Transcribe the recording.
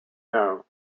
know